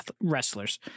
wrestlers